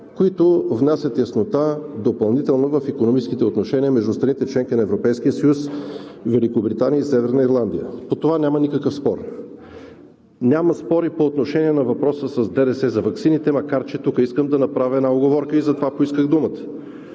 които внасят яснота допълнително в икономическите отношения между страните – членки на Европейския съюз, и Великобритания и Северна Ирландия. По това няма никакъв спор. Няма спор и по отношение на въпроса с ДДС за ваксините, макар че тук искам да направя една уговорка и затова поисках думата.